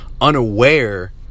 unaware